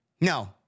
no